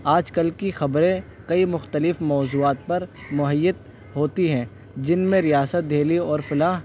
آج کل کی خبریں کئی مختلف موضوعات پر محیط ہوتی ہیں جن میں ریاست دہلی اور فلاح